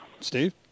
Steve